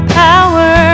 power